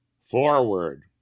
Forward